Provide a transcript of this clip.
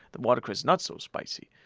the watercress is not so spicy.